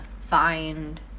find